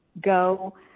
go